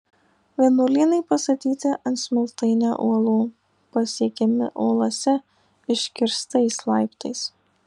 vienuolynai pastatyti ant smiltainio uolų pasiekiami uolose iškirstais laiptais